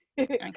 Okay